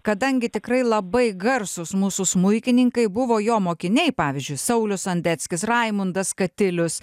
kadangi tikrai labai garsūs mūsų smuikininkai buvo jo mokiniai pavyzdžiui saulius sondeckis raimundas katilius